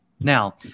Now